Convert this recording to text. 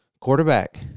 quarterback